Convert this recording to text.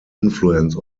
influence